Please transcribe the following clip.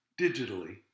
digitally